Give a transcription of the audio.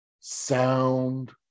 sound